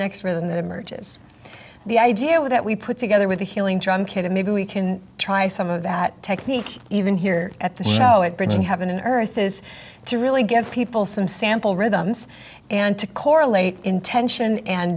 next rhythm that emerges the idea was that we put together with the healing drum kit and maybe we can try some of that technique even here at the show it brings in heaven and earth is to really give people some sample rhythms and to correlate in tension and